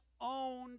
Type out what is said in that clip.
owned